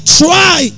try